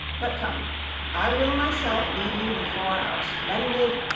but come i will myself lead you before our splendid,